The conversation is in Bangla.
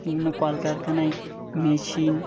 বিভিন্ন কলকারখানায় মেশিন